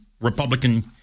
republican